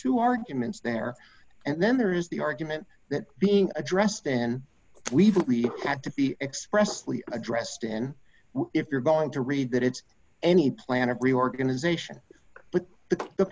two arguments there and then there is the argument that being addressed then we've got to be expressly addressed in if you're going to read that it's any plan of reorganization but the the